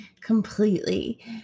Completely